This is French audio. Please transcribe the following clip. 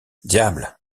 diable